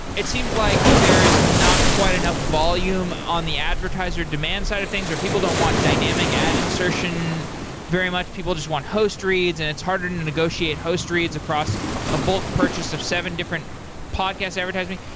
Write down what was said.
it seems like there is not quite enough volume on the advertiser demand side of things or people don't want dynamic ad insertion very much. people just want host reads and it's hard to negotiate host reads across a bulk purchase seven different podcast advertising.